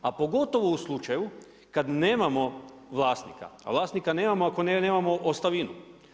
A pogotovo u slučaju kad nemamo vlasnika, a vlasnika nemamo ako nemamo ostavinu.